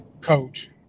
coach